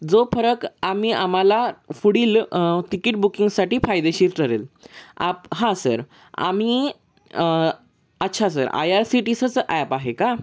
जो फरक आम्ही आम्हाला पुढील तिकीट बुकिंगसाठी फायदेशीर ठरेल आप हां सर आम्ही अच्छा sir I R C T सीचं ॲप आहे का